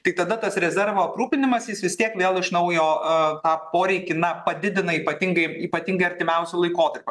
tai tada tas rezervo aprūpinimas jis vis tiek vėl iš naujo a tą poreikį na padidina ypatingai ypatingai artimiausiu laikotarpiu